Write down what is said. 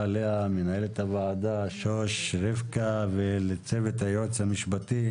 הוועדה, לצוות המשפטי,